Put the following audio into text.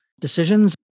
decisions